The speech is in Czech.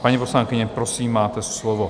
Paní poslankyně, prosím, máte slovo.